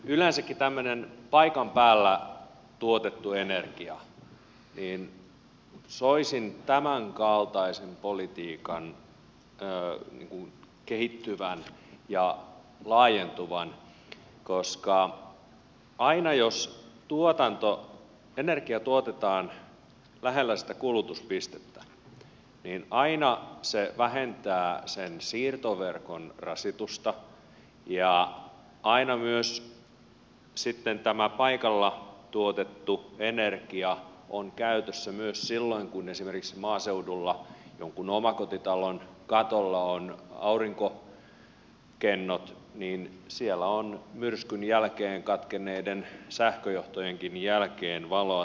yleensäkin tämmöinen paikan päällä tuotettu energia soisin tämänkaltaisen politiikan kehittyvän ja laajentuvan koska jos energia tuotetaan lähellä sitä kulutuspistettä niin aina se vähentää sen siirtoverkon rasitusta ja sitten tämä paikalla tuotettu energia myös on aina käytössä esimerkiksi kun maaseudulla jonkun omakotitalon katolla on aurinkokennot siellä on myrskyn jälkeen katkenneiden sähköjohtojenkin jälkeen valoa torpassa